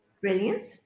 Brilliant